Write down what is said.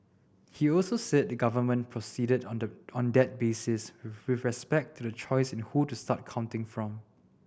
he also said the government proceeded on the that basis with respect to the choice in who to start counting from